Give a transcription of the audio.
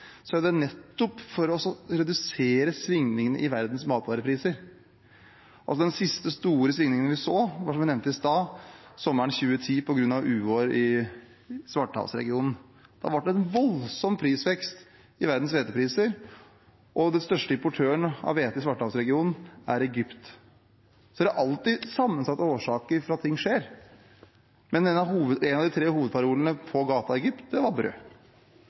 det nettopp for å redusere svingningene i verdens matvarepriser. Den siste store svingningen vi så, var – som jeg nevnte i stad – den som skjedde sommeren 2010, på grunn av uår i Svartehavsregionen. Da ble det en voldsom vekst i verdens hvetepriser, og den største importøren av hvete i Svartehavsregionen er Egypt. Det er alltid sammensatte årsaker til at noe skjer, men en av de tre hovedparolene på